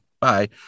Bye